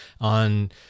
on